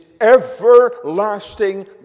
everlasting